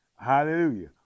Hallelujah